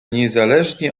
niezależnie